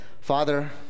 Father